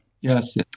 Yes